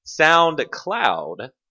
SoundCloud